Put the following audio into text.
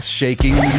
shaking